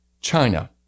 China